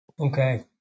Okay